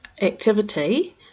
activity